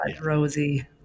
Rosie